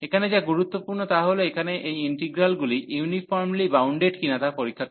এখানে যা গুরুত্বপূর্ণ তা হল এখানে এই ইন্টিগ্রালগুলি ইউনিফর্মলি বাউন্ডেড কিনা তা পরীক্ষা করা